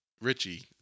Richie